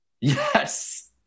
Yes